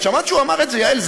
את שמעת שהוא אמר את זה, יעל?